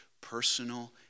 Personal